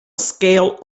scale